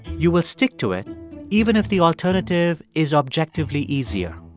you will stick to it even if the alternative is objectively easier.